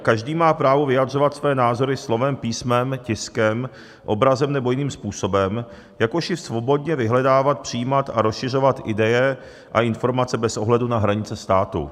Každý má právo vyjadřovat své názory slovem, písmem, tiskem, obrazem nebo jiným způsobem, jakož i svobodně vyhledávat, přijímat a rozšiřovat ideje a informace bez ohledu na hranice státu.